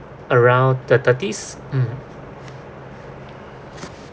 around thir~ thirties mm